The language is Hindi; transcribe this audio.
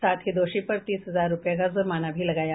साथ ही दोषी पर तीस हजार रुपये का जुर्माने भी लगाया